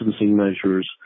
measures